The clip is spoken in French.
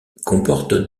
comporte